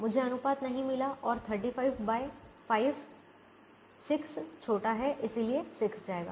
मुझे अनुपात नहीं मिला और 365 6 छोटा है इसलिए 6 जाएगा